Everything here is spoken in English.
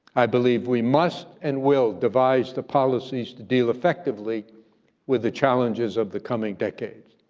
i believe we must and will devise the policies to deal effectively with the challenges of the coming decades,